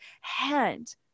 hand